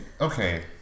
okay